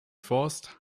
forst